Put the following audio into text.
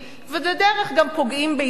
ובדרך גם פוגעים בעיתונאים.